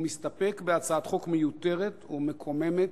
הוא מסתפק בהצעת חוק מיותרת ומקוממת,